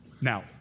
Now